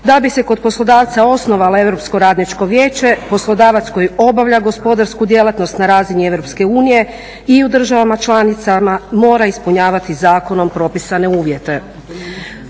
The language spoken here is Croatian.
Da bi se kod poslodavca osnovalo Europsko radničko vijeće poslodavac koji obavlja gospodarsku djelatnost na razini EU i u državama članicama mora ispunjavati zakonom propisane uvjete.